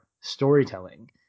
storytelling